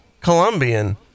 Colombian